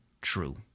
true